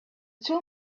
two